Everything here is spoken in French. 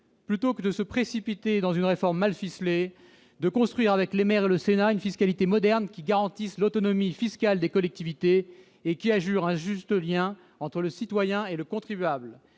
au lieu de se précipiter dans une réforme mal ficelée, de construire avec les maires et le Sénat une fiscalité moderne qui garantisse l'autonomie fiscale des collectivités et qui assure un juste lien entre le citoyen et le contribuable